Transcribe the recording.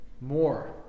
More